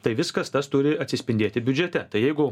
tai viskas tas turi atsispindėti biudžete tai jeigu